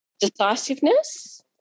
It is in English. Decisiveness